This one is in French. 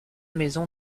maison